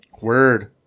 Word